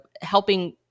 helping